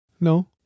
No